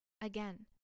again